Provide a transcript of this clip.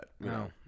No